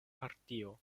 partio